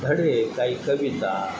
धडे काही कविता